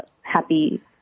Happy